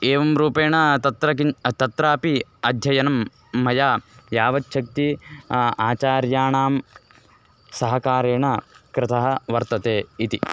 एवं रूपेण तत्र किं तत्रापि अध्ययनं मया यावत् शक्तिः आचार्याणां सहकारेण कृतः वर्तते इति